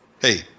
Hey